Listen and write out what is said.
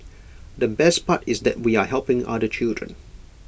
the best part is that we are helping other children